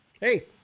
Hey